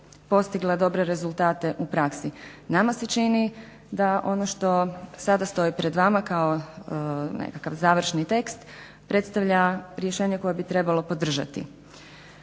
postigla dobre rezultate u praksi. Nama se čini da ono što sada stoji pred vama kao nekakav završni tekst predstavlja rješenje koje bi trebalo podržati.